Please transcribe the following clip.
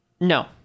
No